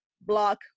block